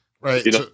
Right